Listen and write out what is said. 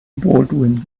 baldwin